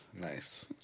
Nice